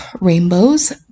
rainbows